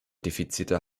defizite